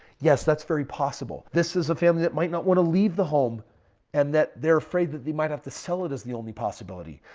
yes, that's very possible. this is a family that might not want to leave the home and that they're afraid that they might have to sell it as the only possibility.